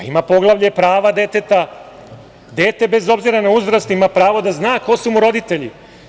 Ima poglavlje – prava deteta: dete bez obzira na uzrast ima pravo da zna ko su mu roditelji.